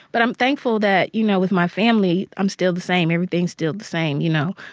but i'm thankful that, you know, with my family i'm still the same. everything's still the same, you know.